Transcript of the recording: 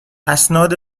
اسناد